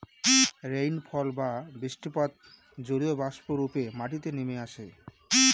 rainfall বা বৃষ্টিপাত জলীয়বাষ্প রূপে মাটিতে নেমে আসে